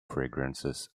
fragrances